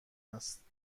است